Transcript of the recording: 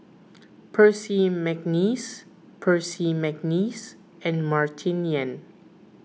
Percy McNeice Percy McNeice and Martin Yan